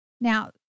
Now